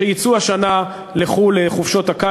שיצאו השנה לחו"ל לחופשות הקיץ,